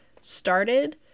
started